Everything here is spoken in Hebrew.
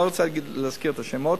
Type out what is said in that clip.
לא רוצה להזכיר את השמות,